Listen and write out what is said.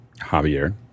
Javier